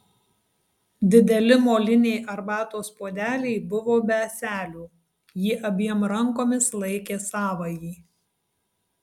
dideli moliniai arbatos puodeliai buvo be ąselių ji abiem rankomis laikė savąjį